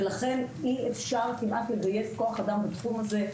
ולכן אי אפשר כמעט לגייס כוח אדם בתחום הזה.